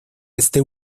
este